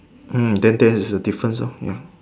hmm then there is a difference loh ya